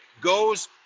Goes